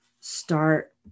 start